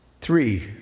Three